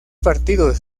partidos